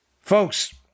Folks